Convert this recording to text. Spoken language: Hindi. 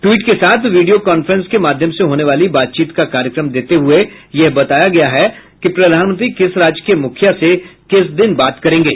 टिवट के साथ वीडियो कांफ्रेन्स के माध्यम से होने वाली बातचीत का कार्यक्रम देते हुए यह बताया गया है कि प्रधानमंत्री किस राज्य के मुखिया से किस दिन बात करेंगे